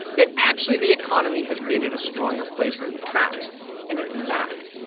that actually, the economy has been in a stronger place in the past and, in fact,